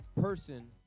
person